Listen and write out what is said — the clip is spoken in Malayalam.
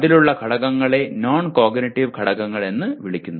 അതിലുള്ള ഘടകങ്ങളെ നോൺ കോഗ്നിറ്റീവ് ഘടകങ്ങൾ എന്ന് വിളിക്കുന്നു